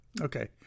Okay